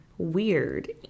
Weird